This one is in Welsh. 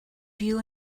byw